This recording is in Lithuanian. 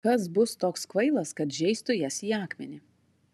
kas bus toks kvailas kad žeistų jas į akmenį